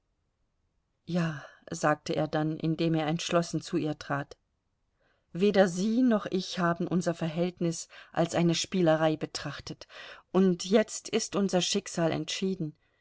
ja sagte er dann indem er entschlossen zu ihr trat weder sie noch ich haben unser verhältnis als eine spielerei betrachtet und jetzt ist unser schicksal entschieden